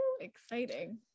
exciting